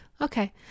Okay